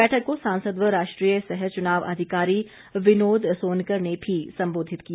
बैठक को सांसद व राष्ट्रीय सह चुनाव अधिकारी विनोद सोनकर ने भी संबोधित किया